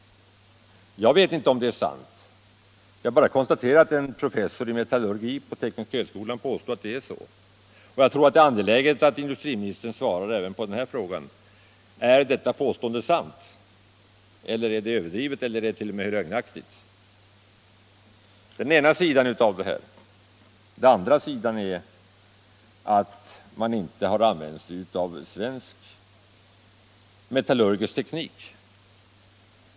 Jag vet inte om detta är sant, jag bara konstaterar att en professor i metallurgi på tekniska högskolan påstår att det är så. Jag tror det är angeläget att industriministern svarar även på frågan: Är detta påstående sant eller är det överdrivet eller t.o.m. lögnaktigt? Det är den ena sidan av saken. Den andra sidan är att man inte har använt sig av svensk metallurgisk teknik.